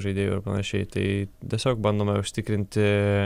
žaidėjų ir panašiai tai tiesiog bandome užtikrinti